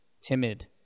timid